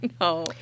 no